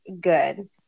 good